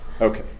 okay